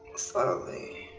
slowly.